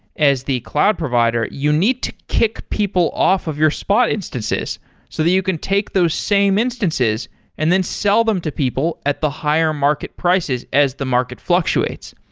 as the cloud provider, you need to kick people off of your spot instances so that you can take those same instances and then sell them to people at the higher market prices as the market fluctuates,